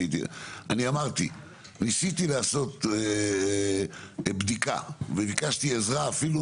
אני אמרתי ניסיתי לעשות בדיקה וביקשתי עזרה אפילו